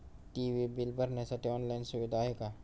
TV bill भरण्यासाठी online सुविधा आहे का?